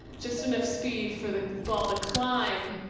just enough speed for the ball to climb